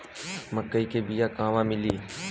मक्कई के बिया क़हवा मिली?